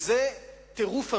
וזה טירוף המסים.